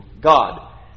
God